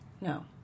No